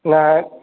न